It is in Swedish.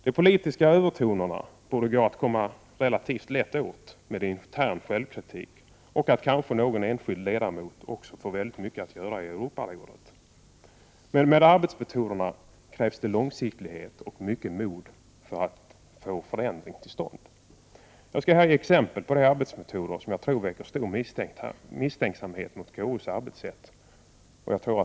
De politiska övertonerna borde det gå relativt lätt att komma till rätta med genom intern självkritik och kanske också genom att någon enskild ledamot får mycket att göra i Europarådet. Men när det gäller arbetsmetoderna krävs det långsiktighet och mycket mod för att få till stånd förändringar. Jag skall här ge exempel på arbetsmetoder som jag tror — inte bara hos mig — väcker stor misstänksamhet mot KU:s arbetssätt.